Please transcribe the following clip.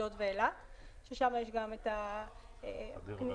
אשדוד ואילת -- חדרה וקצא"א.